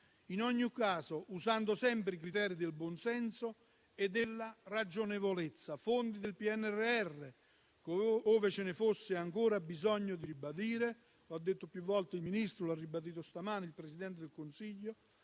in ogni caso usando sempre i criteri del buon senso e della ragionevolezza. Fondi del PNRR, che, ove ci fosse ancora bisogno di ribadirlo - lo ha detto più volte il Ministro e lo ha ribadito stamane il Presidente del Consiglio